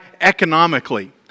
economically